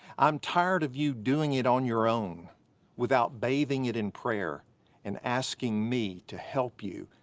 i'm tired of you doing it on your own without bathing it in prayer and asking me to help you,